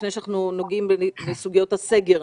לפני שאנחנו נוגעים בסוגיות הסגר.